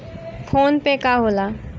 PhonePe का होला?